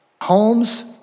homes